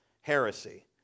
heresy